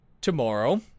tomorrow